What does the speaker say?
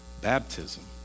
Baptism